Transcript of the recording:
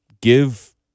give